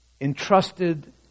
entrusted